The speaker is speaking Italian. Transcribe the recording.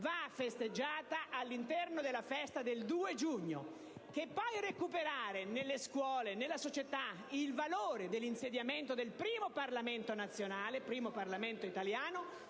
vada festeggiata il 2 giugno. Che poi recuperare nelle scuole, nella società, il valore dell'insediamento del primo Parlamento nazionale - primo Parlamento italiano